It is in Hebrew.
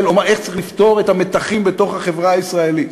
או איך צריך לפתור את המתחים בתוך החברה הישראלית.